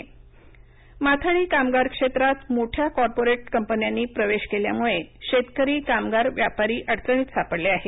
माथाडी कामगार माथाडी कामगार क्षेत्रात मोठ्या कार्पोरेट कंपन्यांनी प्रवेश केल्यामुळे शेतकरीकामगारव्यापारी अडचणीत सापडले आहेत